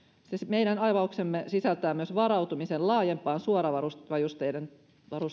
siis meidän avauksemme sisältää myös varautumisen laajempaan suojavarusteiden